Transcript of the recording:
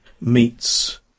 meets